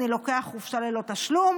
אני לוקח חופשה ללא תשלום,